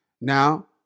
Now